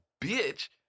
bitch